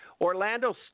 Orlando